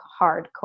hardcore